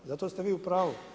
Zato ste vi u pravu.